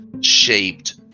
shaped